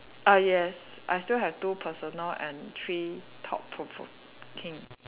ah yes I still have two personal and three thought provoking